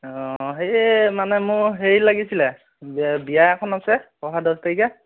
অঁ হেৰি মানে মোৰ হেৰি লাগিছিলে ব বিয়া এখন আছে অহা দছ তাৰিখে